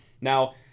Now